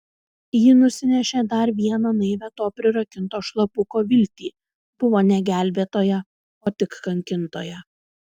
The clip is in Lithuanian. ji nusinešė dar vieną naivią to prirakinto šlapuko viltį buvo ne gelbėtoja o tik kankintoja